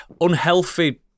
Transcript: unhealthy